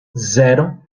zero